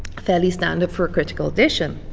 fairly standard for a critical edition.